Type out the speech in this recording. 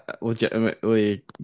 legitimately